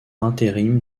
intérim